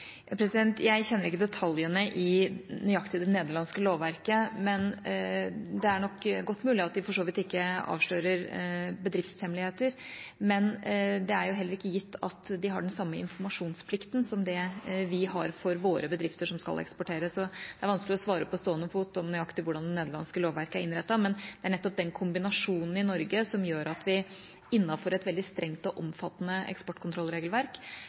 Jeg kjenner ikke nøyaktig detaljene i det nederlandske lovverket. Det er godt mulig at de for så vidt ikke avslører bedriftshemmeligheter, men det er jo heller ikke gitt at de har den samme informasjonsplikten som vi har for våre bedrifter som skal eksportere. Det er vanskelig å svare på stående fot nøyaktig om hvordan det nederlandske lovverket er innrettet. Det er nettopp den kombinasjonen i Norge som gjør at vi innenfor et veldig strengt og omfattende eksportkontrollregelverk